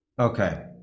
Okay